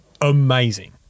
amazing